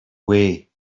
way